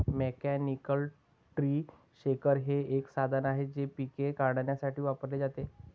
mechanical tree shaker हे एक साधन आहे जे पिके काढण्यासाठी वापरले जाते